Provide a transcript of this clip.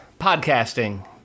Podcasting